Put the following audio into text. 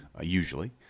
usually